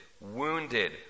wounded